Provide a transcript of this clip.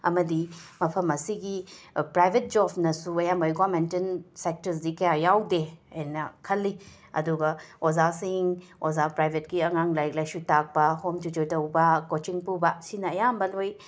ꯑꯃꯗꯤ ꯃꯐꯝ ꯑꯁꯤꯒꯤ ꯄ꯭ꯔꯥꯏꯕꯦꯠ ꯖꯣꯐꯅꯁꯨ ꯑꯌꯥꯝꯕ ꯒꯣꯃꯦꯟꯇꯦꯟ ꯁꯦꯛꯇꯔꯁꯗꯤ ꯀꯌꯥ ꯌꯥꯎꯗꯦ ꯍꯥꯏꯅ ꯈꯜꯂꯤ ꯑꯗꯨꯒ ꯑꯣꯖꯥꯁꯤꯡ ꯑꯣꯖꯥ ꯄ꯭ꯔꯥꯏꯕꯦꯠꯀꯤ ꯑꯉꯥꯡ ꯂꯥꯏꯔꯤꯛ ꯂꯥꯏꯁꯨ ꯇꯥꯛꯄ ꯍꯣꯝ ꯇ꯭ꯌꯨꯇꯔ ꯇꯧꯕ ꯀꯣꯆꯤꯡ ꯄꯨꯕ ꯁꯤꯅ ꯑꯌꯥꯝꯕ ꯂꯣꯏꯅ